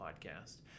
podcast